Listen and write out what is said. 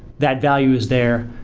that value is there.